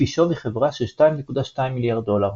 לפי שווי חברה של 2.2 מיליארד דולר.